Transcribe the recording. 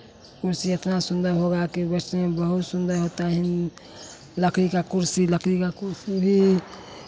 कुर्सी इतना सुंदर होगा की बैठने में बहुत सुंदर होता है लकड़ी का कुर्सी लकड़ी का कुर्सी भी